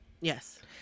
Yes